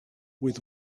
with